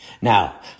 Now